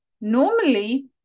Normally